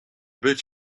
bitch